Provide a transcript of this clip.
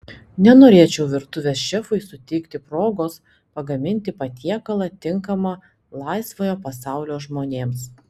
nenorėčiau virtuvės šefui suteikti progos pagaminti patiekalą tinkamą laisvojo pasaulio žmonėms